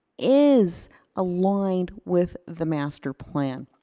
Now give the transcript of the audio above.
is aligned with the master plan.